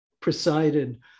presided